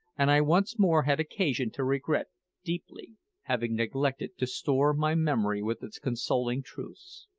and i once more had occasion to regret deeply having neglected to store my memory with its consoling truths.